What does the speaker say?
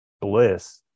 Bliss